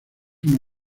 uno